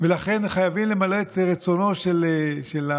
ולכן הם חייבים למלא את רצונו של השליט.